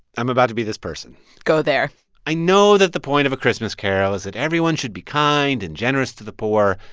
i'm about to be this person go there i know that the point of a christmas carol is that everyone should be kind and generous to the poor.